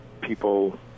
people